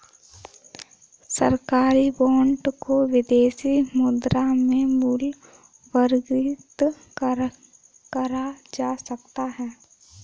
सरकारी बॉन्ड को विदेशी मुद्रा में मूल्यवर्गित करा जा सकता है